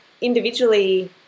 individually